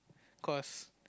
cause